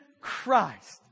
Christ